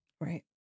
right